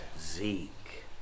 Zeke